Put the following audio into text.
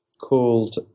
called